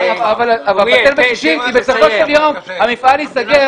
זה בטל בשישים כי בסופו של יום המפעל ייסגר.